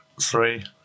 Three